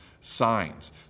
signs